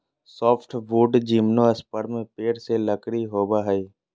softwood gymnosperm पेड़ से लकड़ी होबो हइ